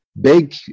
big